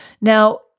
Now